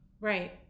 Right